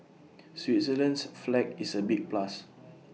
Switzerland's flag is A big plus